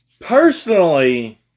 Personally